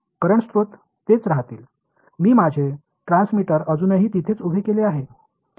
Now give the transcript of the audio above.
current स्त्रोत तेच राहतील मी माझे ट्रान्समीटर अजूनही तिथेच उभे केले आहे